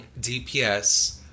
DPS